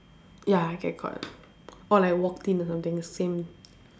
ya get caught or like walked in or something same